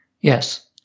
Yes